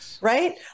right